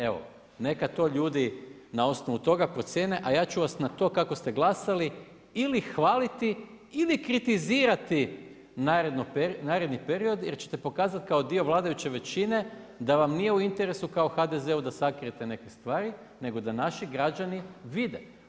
Evo neka to ljudi na osnovu toga procijene, a ja ću vas na to kako ste glasali ili hvaliti ili kritizirati naredni period jer ćete pokazati kao dio vladajuće većine da vam nije u interesu kao HDZ-u da sakrijete neke stvari nego da naši građani vide.